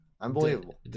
Unbelievable